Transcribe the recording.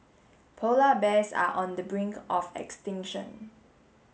polar bears are on the brink of extinction